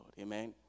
Amen